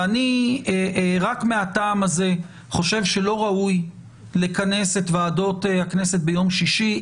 ואני רק מהטעם הזה חושב שלא ראוי לכנס את ועדות הכנסת ביום שישי,